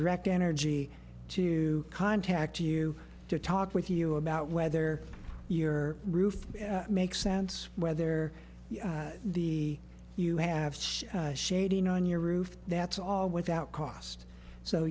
direct energy to contact you to talk with you about whether your roof makes sense where there the you have such shading on your roof that's all without cost so